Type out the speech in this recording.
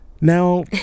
Now